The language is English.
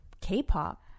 K-pop